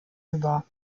über